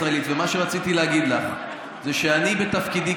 מה זה קשור למשפט נתניהו?